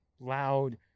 loud